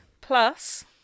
Plus